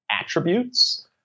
attributes